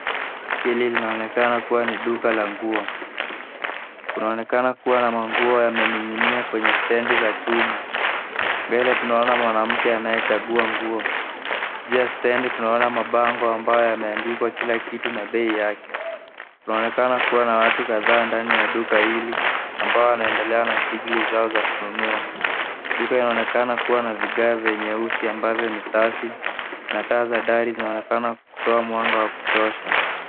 Hili linaonekana kuwa ni duka la nguo. Kunaonekana kuwa na manguo yamening'inia kwenye stendi za chuma. Mbele tunaona mwanamke anayechagua nguo. Juu ya stendi tunaona mabango ambayo yameandikwa kila kitu na bei yake. Kunaonekana kuwa na watu kadhaa ndani ya duka hili ambao wanaendelea na shughuli zao za kununua. Duka linaonekana kuwa na vigae vyeusi ambayo ni safi. Na taa za dari zinaonekana kutoa mwanga wa kutosha.